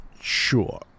Sure